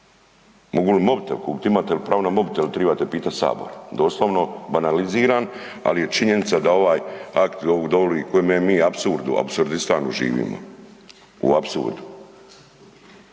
mogu li mobitel kupiti, imate li pravo na mobitel, tribate pitati sabor, doslovno banaliziran, ali je činjenica da ovaj akt govori u kojemu mi apsurdu, apsurdistanu živimo, u apsurdu.